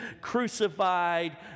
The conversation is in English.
crucified